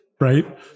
Right